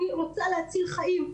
אני רוצה להציל חיים,